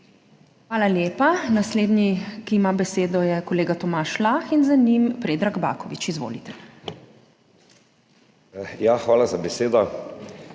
Hvala lepa. Naslednji, ki ima besedo, je kolega Tomaž Lah in za njim Predrag Baković. Izvolite. **TOMAŽ LAH